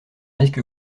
risque